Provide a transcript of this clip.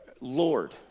Lord